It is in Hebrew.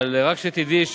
אבל רק שתדעי,